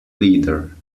leader